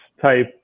type